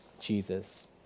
Jesus